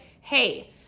hey